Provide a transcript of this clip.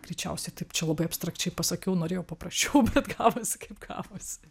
greičiausiai taip čia labai abstrakčiai pasakiau norėjau paprasčiau bet gavosi kaip gavosi